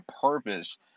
purpose